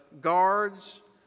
guards